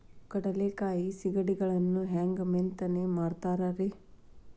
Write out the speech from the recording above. ಕಡಲೆಕಾಯಿ ಸಿಗಡಿಗಳನ್ನು ಹ್ಯಾಂಗ ಮೆತ್ತನೆ ಮಾಡ್ತಾರ ರೇ?